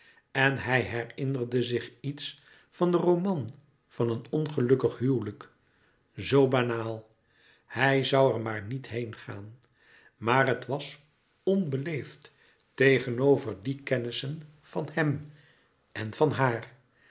en hij herinnerde zich iets van den roman van een ongelukkig huwelijk zoo banaal hij zoû er maar niet heen gaan maar het was onbeleefd tegenover die kennissen van hem en van haar